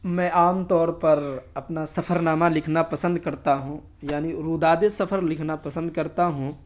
میں عام طور پر اپنا سفر نامہ لکھنا پسند کرتا ہوں یعنی روداد سفر لکھنا پسند کرتا ہوں